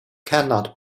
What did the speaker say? cannot